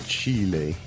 Chile